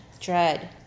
dread